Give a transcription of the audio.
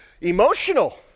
emotional